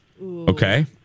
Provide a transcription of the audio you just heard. Okay